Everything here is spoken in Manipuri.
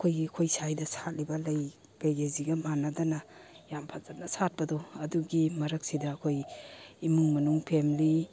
ꯑꯩꯈꯣꯏꯒꯤ ꯑꯩꯈꯏ ꯁ꯭ꯋꯥꯏꯗ ꯁꯥꯠꯂꯤꯕ ꯂꯩ ꯀꯩ ꯀꯩꯁꯤꯒ ꯃꯥꯟꯅꯗꯅ ꯌꯥꯝ ꯐꯖꯅ ꯁꯥꯠꯄꯗꯣ ꯑꯗꯨꯒꯤ ꯃꯔꯛꯁꯤꯗ ꯑꯩꯈꯣꯏ ꯏꯃꯨꯡ ꯃꯅꯨꯡ ꯐꯦꯝꯂꯤ